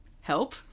Help